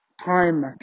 Prime